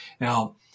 Now